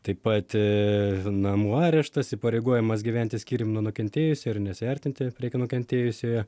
taip pat namų areštas įpareigojimas gyventi skyrium nuo nukentėjusiojo ir nesiartinti prie nukentėjusiojo